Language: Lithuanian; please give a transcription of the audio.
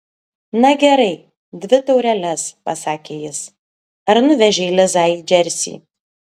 na gerai dvi taureles pasakė jis ar nuvežei lizą į džersį